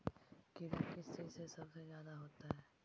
कीड़ा किस चीज से सबसे ज्यादा होता है?